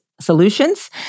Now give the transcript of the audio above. solutions